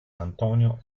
antonio